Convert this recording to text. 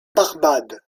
barbade